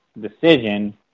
decision